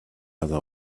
other